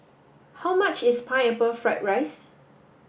how much is Pineapple Fried Rice